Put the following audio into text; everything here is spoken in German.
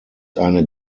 eine